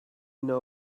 know